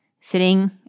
sitting